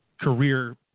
career